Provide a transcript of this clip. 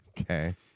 Okay